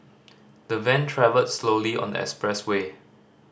the van travelled slowly on expressway